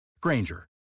Granger